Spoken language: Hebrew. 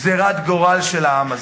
הוא לא גזירת גורל של העם הזה.